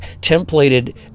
templated